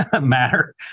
matter